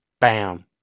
bam